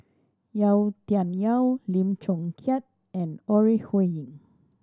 Yau Tian Yau Lim Chong Keat and Ore Huiying